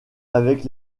avec